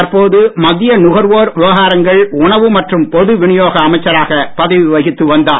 தற்போது மத்திய நுகர்வோர் விவகாரங்கள் உணவு மற்றும் பொதுவினியோக அமைச்சராக பதவி வகித்து வந்தார்